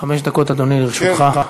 חמש דקות, אדוני, לרשותך.